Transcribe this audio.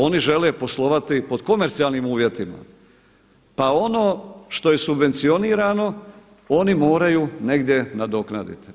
Oni žele poslovati pod komercijalnim uvjetima, pa ono što je subvencionirano oni moraju negdje nadoknaditi.